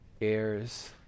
heirs